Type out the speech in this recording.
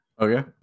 Okay